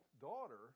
daughter